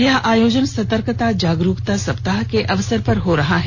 यह आयोजन सतर्कता जागरूकता सप्ताह के अवसर पर हो रहा है